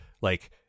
like-